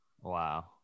Wow